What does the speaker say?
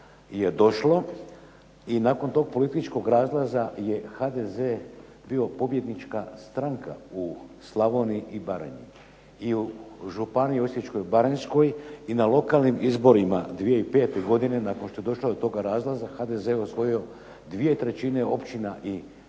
je došlo i nakon toga političkog razlaza je HDZ bio pobjednička stranka u Slavoniji i Baranji. I u županiji Osječko-baranjskoj i na lokalnim izborima 2005. godine nakon što je došlo do toga razlaza HDZ je osvojio dvije trećine općina i